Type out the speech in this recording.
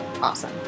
awesome